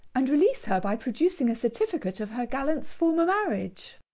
and release her by producing a certificate of her gallant's former marriage.